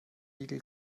igel